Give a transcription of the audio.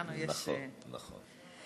לנו יש, נכון, נכון.